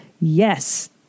yes